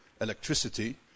electricity